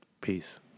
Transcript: peace